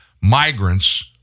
migrants